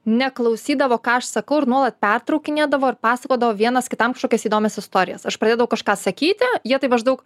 neklausydavo ką aš sakau ir nuolat pertraukinėdavo ir pasakodavo vienas kitam kažkokias įdomias istorijas aš pradėdavau kažką sakyti jie tai maždaug